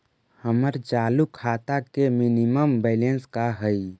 हमर चालू खाता के मिनिमम बैलेंस का हई?